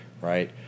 right